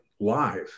live